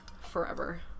forever